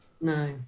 No